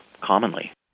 commonly